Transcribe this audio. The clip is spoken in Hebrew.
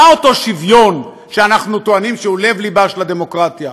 מהו אותו שוויון שאנחנו טוענים שהוא לב-ליבה של הדמוקרטיה,